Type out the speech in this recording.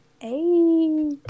Hey